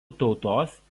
tautos